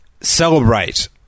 celebrate